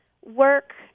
work